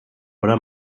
oder